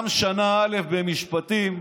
גם שנה א' במשפטים,